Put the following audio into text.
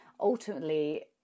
ultimately